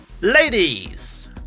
Ladies